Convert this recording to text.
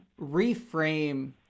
reframe